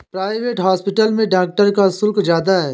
private hospital में doctor का शुल्क ज्यादा है